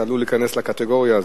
אתה עלול להיכנס לקטגוריה הזאת.